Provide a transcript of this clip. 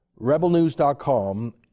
rebelnews.com